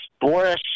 Boris